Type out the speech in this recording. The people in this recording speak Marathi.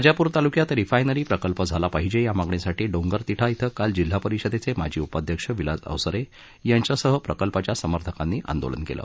राजापूर तालुक्यात रिफायनरी प्रकल्प झाला पाहिजे या मागणीसाठी डोंगर तिठा इथं काल जिल्हा परिषदेचे माजी उपाध्यक्ष विलास अवसरे यांच्यासह प्रकल्पाच्या समर्थकांनी आंदोलन केलं